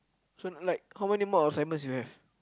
so like how many more assignments you have